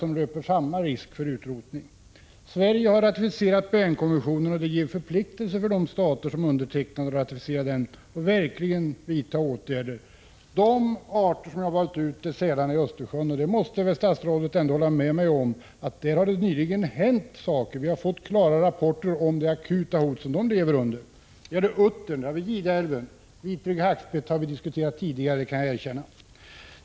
Jag har valt ut tre arter i min fråga, i klart medvetande om att det finns andra, kanske inte lika kända, som löper samma risk för utrotning. Till de arter som jag har valt ut hör sälarna i Östersjön, och statsrådet måste väl ändå hålla med mig om att det där har hänt saker nyligen. Vi har fått klara rapporter om det akuta hot som de lever under. Vidare gällde det uttern i Gideälven. Vitryggig hackspett har vi diskuterat tidigare, det får jag erkänna.